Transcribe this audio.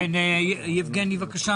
8.2%. 8.8% זה היה אז.